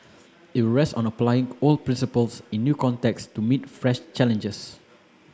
it will rest on applying old principles in new contexts to meet fresh challenges